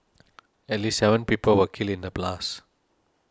at least seven people were killed in the blasts